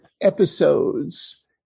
episodes